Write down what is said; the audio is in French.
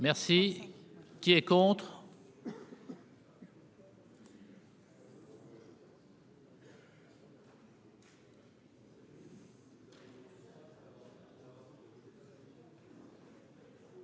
Merci qui est contre.